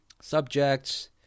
subjects